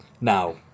Now